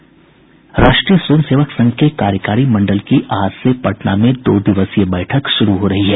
राष्ट्रीय स्वयं सेवक संघ के कार्यकारी मंडल की आज से पटना में दो दिवसीय बैठक शुरू हो रही है